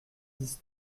dix